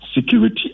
security